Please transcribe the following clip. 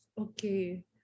okay